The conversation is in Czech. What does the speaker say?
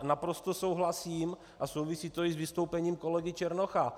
Naprosto souhlasím, a souvisí to i s vystoupením kolegy Černocha.